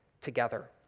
together